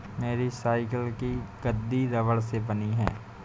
मेरी साइकिल की गद्दी रबड़ से बनी है